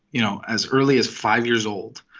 you know, as early as five years old,